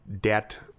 debt